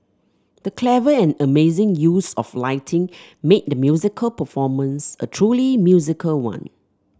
the clever and amazing use of lighting made the musical performance a truly musical one